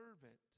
servant